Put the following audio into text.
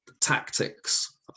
tactics